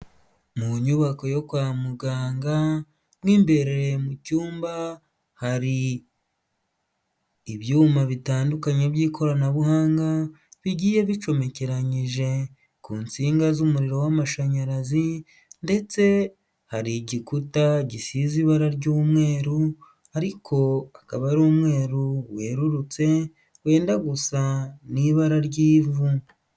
Mu nyubako yo kwa muganga, mu imbereye mu cyumba hari ibyuma bitandukanye by'ikoranabuhanga bigiye bicomekeranyije ku nsinga z'umuriro w'amashanyarazi, ndetse hari igikuta gisize ibara ry'umweru ariko hakaba hari umweru werurutse, wenda gusa n'ibara ry'ivu.